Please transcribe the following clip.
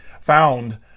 found